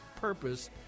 purpose